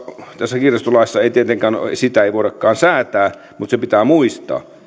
tässä kirjastolaissa ei tietenkään voidakaan säätää mutta se pitää muistaa